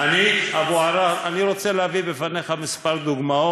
אבו עראר, אני רוצה להביא בפניך כמה דוגמאות